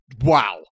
Wow